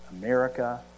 America